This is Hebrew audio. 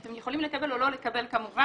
אתם יכולים לקבל או לא לקבל, כמובן.